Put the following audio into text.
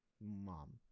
mom